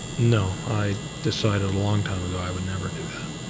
no. i decided a long time ago i would never do that.